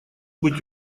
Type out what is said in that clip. быть